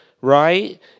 right